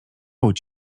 łudź